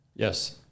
Yes